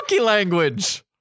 language